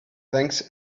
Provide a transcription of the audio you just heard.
thanks